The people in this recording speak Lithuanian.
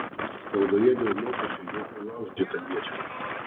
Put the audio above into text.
spaudoje dėl mokesčių jau prilaužyta iečių